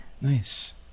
Nice